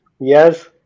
yes